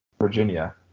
Virginia